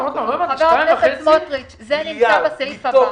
חבר הכנסת סמוטריץ', זה נמצא בסעיף הבא.